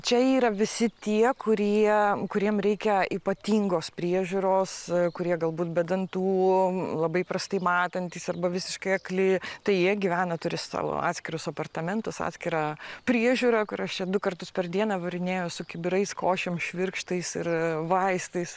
čia yra visi tie kurie kuriem reikia ypatingos priežiūros kurie galbūt be dantų labai prastai matantys arba visiškai akli tai jie gyvena turi savo atskirus apartamentus atskirą priežiūrą kur aš čia du kartus per dieną varinėju su kibirais košėm švirkštais ir vaistais